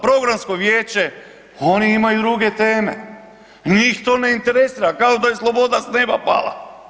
Programsko vijeće oni imaju druge teme, njih to ne interesira kao da je sloboda s neba pala.